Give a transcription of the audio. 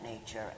nature